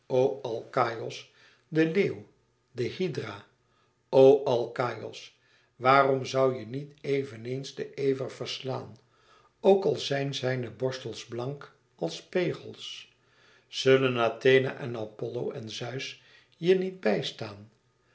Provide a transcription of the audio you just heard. o alkaïos den leeuw de hydra o alkaïos waarom zoû je niet eveneens den ever verslaan ook al zijn zijne borstels blank als pegels zullen athena en apollo en zeus je niet bij